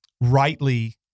rightly